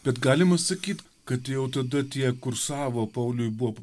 bet galima sakyt kad jau tada tie kursavo pauliui buvo